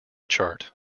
chart